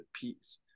peace